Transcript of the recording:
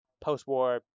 post-war